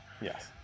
yes